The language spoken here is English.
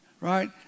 Right